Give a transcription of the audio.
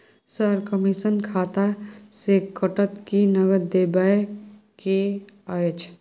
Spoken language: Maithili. सर, कमिसन खाता से कटत कि नगद देबै के अएछ?